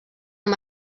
amb